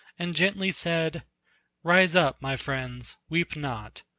and gently said rise up, my friends, weep not!